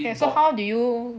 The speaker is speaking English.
okay so how do you